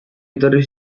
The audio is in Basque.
etorri